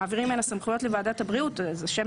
שמעבירים ממנה סמכויות לוועדת הבריאות השם